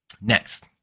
Next